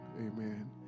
Amen